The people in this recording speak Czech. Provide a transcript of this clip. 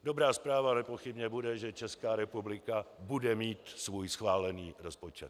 Dobrá zpráva nepochybně bude, že Česká republika bude mít svůj schválený rozpočet.